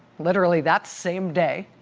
literally that same day,